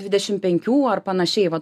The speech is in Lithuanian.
dvidešim penkių ar panašiai va